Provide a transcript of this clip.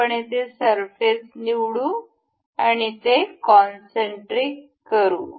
आपण येथे सरफेस निवडू आणि ते कोनसेंटरिक करू